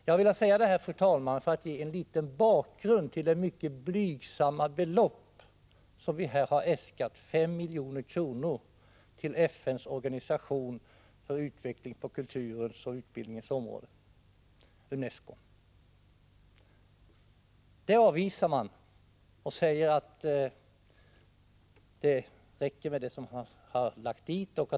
Jag har velat säga det här, fru talman, för att ge en liten bakgrund till det mycket blygsamma belopp som vi har äskat, 5 milj.kr., till FN:s organisation för utveckling på kulturens och utbildningens område, UNESCO. Det avvisar man och säger att det räcker med det som har lagts dit.